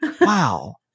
Wow